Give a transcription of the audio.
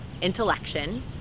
intellection